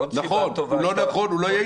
עוד סיבה טובה- -- הוא לא נכון, הוא לא יעיל.